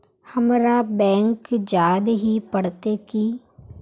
हमरा बैंक जाल ही पड़ते की?